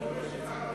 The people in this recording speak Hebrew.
זאת המורשת הערבית.